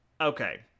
Okay